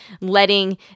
letting